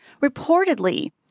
Reportedly